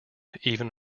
even